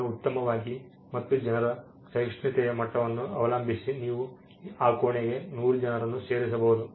ಈಗ ಉತ್ತಮವಾಗಿ ಮತ್ತು ಜನರ ಸಹಿಷ್ಣುತೆಯ ಮಟ್ಟವನ್ನು ಅವಲಂಬಿಸಿ ನೀವು ಆ ಕೋಣೆಗೆ 100 ಜನರನ್ನು ಸೇರಿಸಬಹುದು